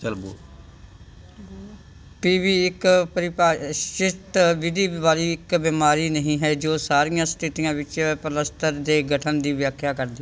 ਪੀ B ਇੱਕ ਪਰਿਭਾਸ਼ਿਤ ਵਿਧੀ ਵਾਲੀ ਇੱਕ ਬਿਮਾਰੀ ਨਹੀਂ ਹੈ ਜੋ ਸਾਰੀਆਂ ਸਥਿਤੀਆਂ ਵਿੱਚ ਪਲੱਸਤਰ ਦੇ ਗਠਨ ਦੀ ਵਿਆਖਿਆ ਕਰਦੀ